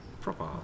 proper